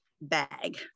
bag